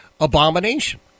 abomination